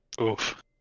Oof